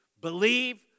Believe